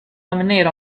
lemonade